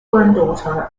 granddaughter